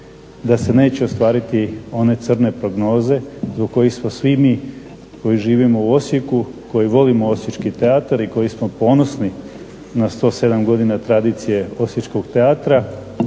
da se neće ostvariti one crne prognoze zbog kojih smo svi mi koji živimo u Osijeku, koji volimo osječki teatar i koji smo ponosni na 107 godina tradicije osječkog teatra